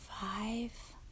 five